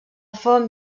font